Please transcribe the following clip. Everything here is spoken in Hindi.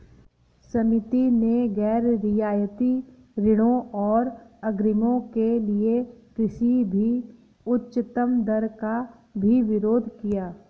समिति ने गैर रियायती ऋणों और अग्रिमों के लिए किसी भी उच्चतम दर का भी विरोध किया